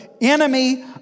enemy